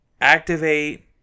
activate